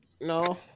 No